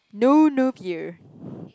no no here